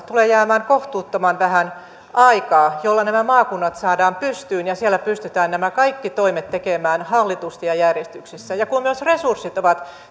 tulee jäämään kohtuuttoman vähän aikaa tähän toimeenpanoon jolla nämä maakunnat saadaan pystyyn ja siellä pystytään nämä kaikki toimet tekemään hallitusti ja järjestyksessä ja kun myös resurssit ovat